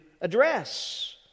address